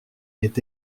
est